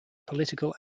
political